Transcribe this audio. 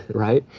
right?